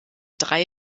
drei